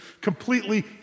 completely